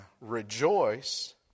rejoice